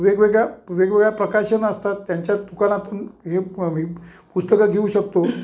वेगवेगळ्या वेगवेगळ्या प्रकाशनं असतात त्यांच्या दुकानातून हे मी पुस्तकं घेऊ शकतो